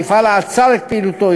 המפעל עצר את פעילותו,